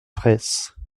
fraysse